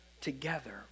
together